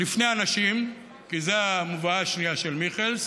לפני אנשים, כי זאת המובאה השנייה של מיכלס